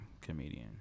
comedian